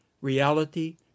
reality